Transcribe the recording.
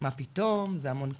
מה פתאום, זה המון כסף.